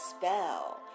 spell